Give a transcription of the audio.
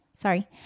sorry